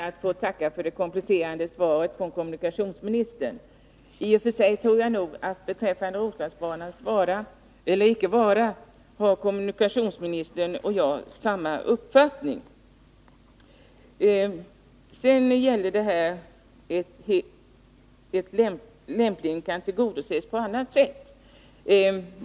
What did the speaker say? Herr talman! Jag ber att få tacka kommunikationsministern för det kompletterande svaret. I och för sig tror jag nog att kommunikationsministern och jag har samma uppfattning beträffande Roslagsbanans vara eller icke vara. Sedan gällde det om ändamålet lämpligen kan tillgodoses på annat sätt.